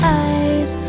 eyes